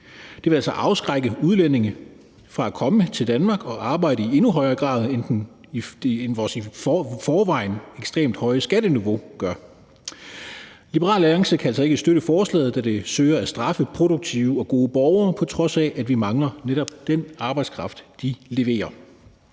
Det vil altså afskrække udlændinge fra at komme til Danmark og arbejde i endnu højere grad, end det i forvejen ekstremt høje skatteniveau gør. Liberal Alliance kan altså ikke støtte forslaget, da det søger at straffe produktive og gode borgere, på trods af at vi mangler netop den arbejdskraft, de leverer.